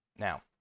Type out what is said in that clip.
Now